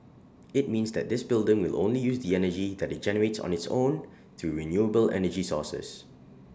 IT means that this building will only use the energy that IT generates on its own through renewable energy sources